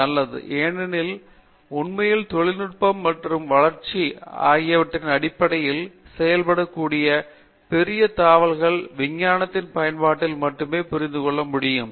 நல்லது ஏனெனில் உண்மையில் தொழில்நுட்பம் மற்றும் வளர்ச்சி ஆகியவற்றின் அடிப்படையில் செய்யக்கூடிய பெரிய தாவல்கள் விஞ்ஞானத்தின் பயன்பாட்டினால் மட்டுமே புரிந்து கொள்ள முடியும்